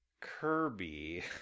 Kirby